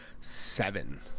seven